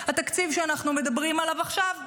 התקציב שאנחנו מדברים עליו עכשיו,